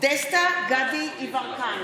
בעד דסטה גדי יברקן,